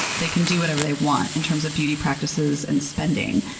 they can do whatever they want in terms of beauty practices and spending,